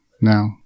now